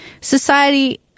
society